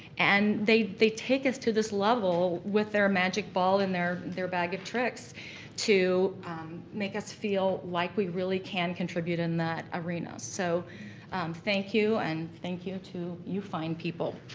and they they take us to this level with their magic ball and their their bag of tricks to make us feel like we really can contribute in that arena. so thank you and thank you to you fine people.